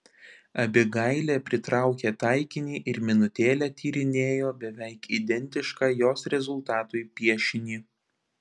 abigailė pritraukė taikinį ir minutėlę tyrinėjo beveik identišką jos rezultatui piešinį